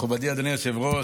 מכובדי אדוני היושב-ראש,